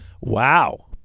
Wow